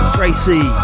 Tracy